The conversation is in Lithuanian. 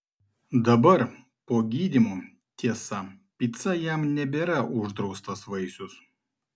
dabar po gydymo tiesa pica jam nebėra uždraustas vaisius